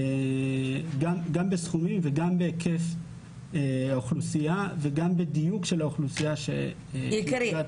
גם בסכומים וגם בהיקף האוכלוסייה וגם בדיוק של האוכלוסייה שקשורה לזה.